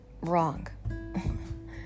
Wrong